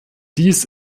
dies